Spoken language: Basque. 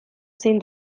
zein